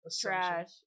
Trash